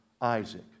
Isaac